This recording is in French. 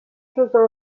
éclosent